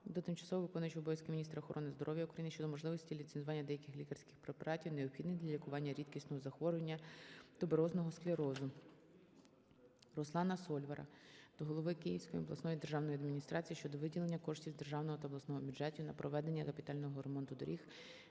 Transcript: до тимчасово виконуючої обов'язки міністра охорони здоров'я України щодо можливості ліцензування деяких лікарських препаратів необхідних для лікування рідкісного захворювання, туберозного склерозу. РусланаСольвара до голови Київської обласної державної адміністрації щодо виділення коштів з державного та обласного бюджетів на проведення капітального ремонту доріг